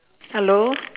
hello